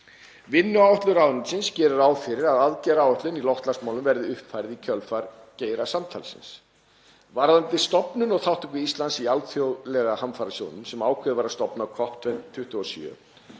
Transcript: Vinnuáætlun ráðuneytisins gerir ráð fyrir að aðgerðaáætlun í loftslagsmálum verði uppfærð í kjölfar geirasamtalsins. Varðandi stofnun og þátttöku Íslands í alþjóðlega hamfarasjóðnum, sem ákveðið var að stofna á COP27,